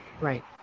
Right